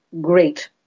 great